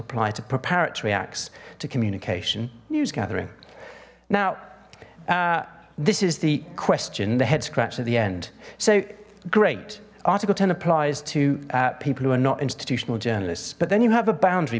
apply to prepare it reacts to communication news gathering now this is the question the head scratch at the end so great article ten applies to people who are not institutional journalists but then you have a boundary